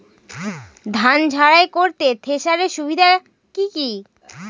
ধান ঝারাই করতে থেসারের সুবিধা কি কি?